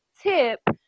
tip